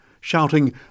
shouting